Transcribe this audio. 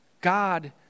God